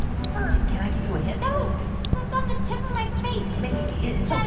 can i give you a hint? no, i just it's on the tip of my face mindy, it's ah